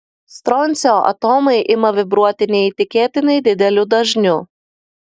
stroncio atomai ima vibruoti neįtikėtinai dideliu dažniu